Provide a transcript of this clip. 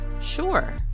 Sure